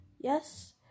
Yes